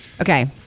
Okay